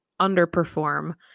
underperform